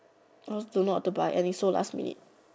I also don't know what to buy and it's so last minute